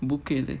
book எது:ethu